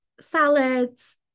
salads